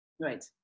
right